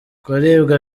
kuribwa